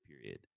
period